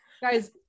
Guys